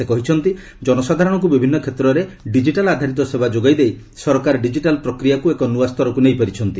ସେ କହିଛନ୍ତି ଜନସାଧାରଣଙ୍କୁ ବିଭିନ୍ନ କ୍ଷେତ୍ରରେ ଡିଜିଟାଲ୍ ଆଧାରିତ ସେବା ଯୋଗାଇ ଦେଇ ସରକାର ଡିଜିଟାଲ୍ ପ୍ରକ୍ରିୟାକୁ ଏକ ନୂଆ ସ୍ତରକୁ ନେଇ ପାରିଛନ୍ତି